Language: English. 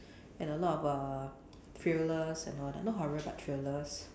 and a lot of uh thrillers and all that not horror but thrillers